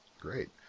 Great